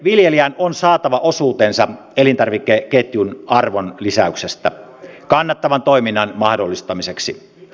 viljelijän on saatava osuutensa elintarvikeketjun arvonlisäyksestä kannattavan toiminnan mahdollistamiseksi